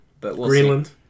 Greenland